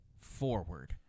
forward